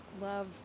love